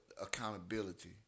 accountability